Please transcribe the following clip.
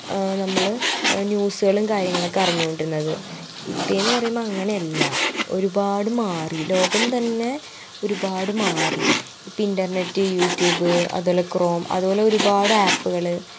നമ്മൾ ന്യൂസ്സ്കളും കാര്യങ്ങളക്കെ അറിഞ്ഞോണ്ടിരുന്നത് ഇപ്പോഴെന്ന് പറയുമ്പോൾ അങ്ങനെയല്ല ഒരുപാട് മാറി ലോകം തന്നെ ഒരുപാട് മാറി ഇപ്പിൻടർനെറ്റ് യൂട്യൂബ് അതിൽ ക്രോം അതുപോലെ ഒരുപാട് ആപ്പ്കൾ